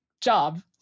job